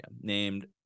named